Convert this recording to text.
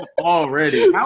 Already